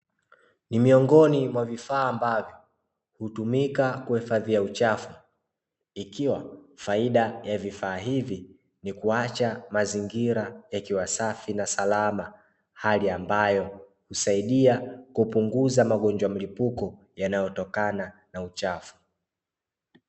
Ni miongoni mwa vifaa ambavyo hutumika kuhifadhia uchafu ikiwa faida ya vifaa hivi ni kuacha mazingira yakiwa safi na salama, hali ambayo husaidia kupunguza magonjwa mlipuko yaanayotokana na uchafu.